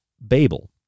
Babel